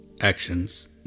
actions